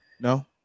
No